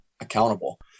accountable